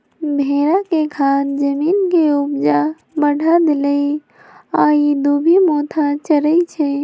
भेड़ा के खाद जमीन के ऊपजा बढ़ा देहइ आ इ दुभि मोथा चरै छइ